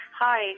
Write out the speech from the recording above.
Hi